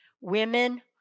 women